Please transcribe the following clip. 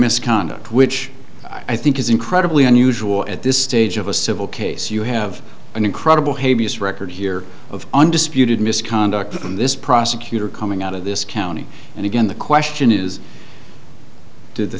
misconduct which i think is incredibly unusual at this stage of a civil case you have an incredible havey us record here of undisputed misconduct in this prosecutor coming out of this county and again the question is did the